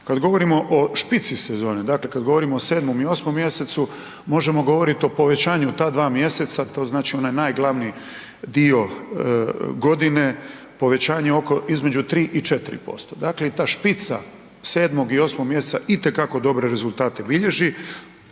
Kada govorimo o špici sezone, dakle kada govorimo o 7. i 8. mjesecu možemo govoriti o povećanju ta dva mjeseca to znači onaj najglavniji dio godine, povećanje između 3 i 4%. Dakle i ta špica 7. i 8. mjeseca itekako dobre rezultate bilježi,